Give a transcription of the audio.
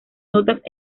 notas